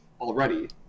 already